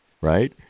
right